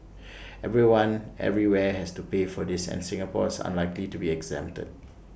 everyone everywhere has to pay for this and Singapore is unlikely to be exempted